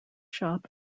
shop